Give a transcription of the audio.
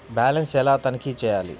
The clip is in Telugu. బ్యాలెన్స్ ఎలా తనిఖీ చేయాలి?